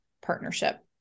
partnership